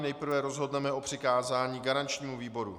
Nejprve rozhodneme o přikázání garančnímu výboru.